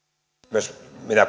myös minä kuulun